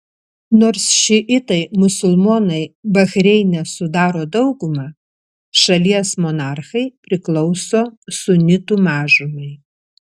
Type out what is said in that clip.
nors šiitai musulmonai bahreine sudaro daugumą šalies monarchai priklauso sunitų mažumai